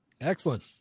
Excellent